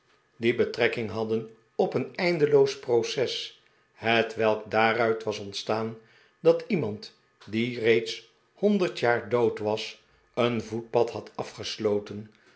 die betrekking hadden op een eindeloos proces hetwelk daar uit was ontstaan dat iemand die reeds honderd jaar dood was een voetpad had afgesloteri